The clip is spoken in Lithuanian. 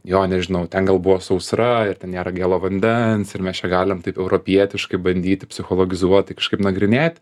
jo nežinau ten gal buvo sausra ir ten nėra gėlo vandens ir mes čia galim taip europietiškai bandyti psichologizuoti kažkaip nagrinėt